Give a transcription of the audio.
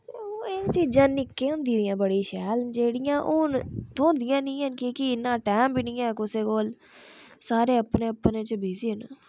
ते ओह् एह् चीजां निक्के होंदे दियां बड़ियां शैल जेह्ड़ियां हून थ्होंदियां निं हैन कि केह् इन्ना टैम बी निं ऐ कुसै कोल सारे अपने अपने च बिज़ी न